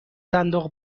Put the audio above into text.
صندوق